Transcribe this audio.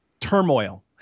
turmoil